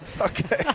Okay